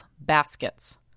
baskets